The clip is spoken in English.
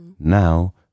now